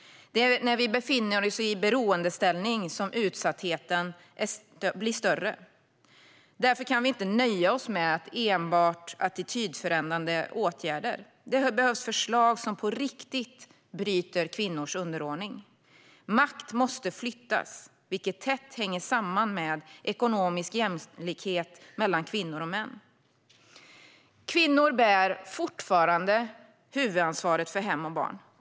Det är när vi befinner oss i beroendeställning som utsattheten blir större. Därför kan vi inte nöja oss med enbart attitydförändrande åtgärder. Det behövs förslag som på riktigt bryter kvinnors underordning. Makt måste flyttas, vilket tätt hänger samman med ekonomisk jämlikhet mellan kvinnor och män. Kvinnor bär fortfarande huvudansvaret för hem och barn.